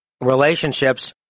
relationships